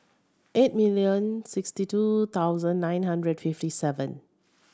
eight million sixty two thousand nine hundred fifty seven